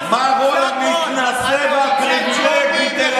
גב' אורנה ברביבאי,